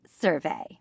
survey